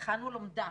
הכנו לומדה